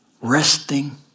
Resting